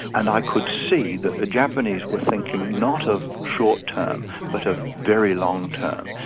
and i could see that the japanese were thinking not of short-term, but of very long-term.